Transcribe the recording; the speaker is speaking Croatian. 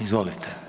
Izvolite.